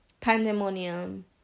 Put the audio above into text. pandemonium